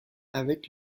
avec